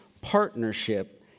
partnership